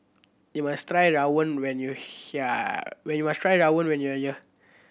you must try rawon when you are when you are try rawon when you are here